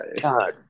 God